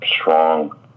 strong